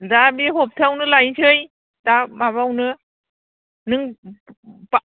दा बे हप्तायावनो लायनोसै दा माबायावनो नों